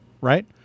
right